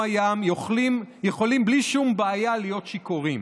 ים יכולים בלי שום בעיה להיות שיכורים